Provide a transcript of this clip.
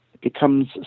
becomes